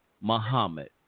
Muhammad